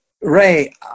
Ray